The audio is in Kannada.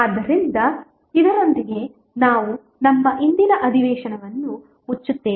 ಆದ್ದರಿಂದ ಇದರೊಂದಿಗೆ ನಾವು ನಮ್ಮ ಇಂದಿನ ಅಧಿವೇಶನವನ್ನು ಮುಚ್ಚುತ್ತೇವೆ